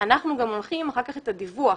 אנחנו גם לוקחים אחר כך את הדיווח